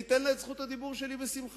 אתן לה את זכות הדיבור שלי בשמחה.